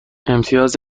امتیاز